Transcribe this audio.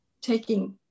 taking